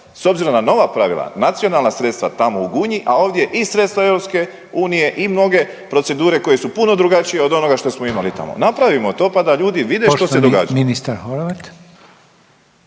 s obzirom na nova pravila, nacionalna sredstva tamo u Gunji, a ovdje i sredstva Europske unije i mnoge procedure koje su punu drugačije od onoga što smo imali tamo. Napravimo to, pa da ljudi vide što se događa.